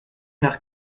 nach